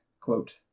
quote